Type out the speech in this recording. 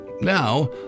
Now